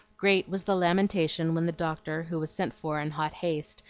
great was the lamentation when the doctor, who was sent for in hot haste,